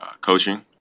coaching